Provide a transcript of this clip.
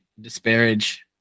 disparage